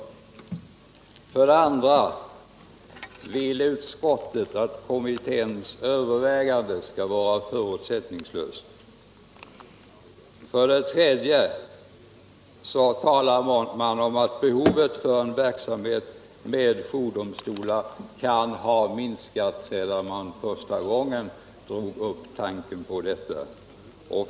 För det andra vill utskottet att kommitténs övervägande skall vara förutsättningslöst. För det tredje sägs att behovet av en verksamhet med jourdomstolar kan ha minskat sedan man första gången tog upp tanken på en sådan verksamhet.